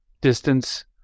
distance